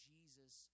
Jesus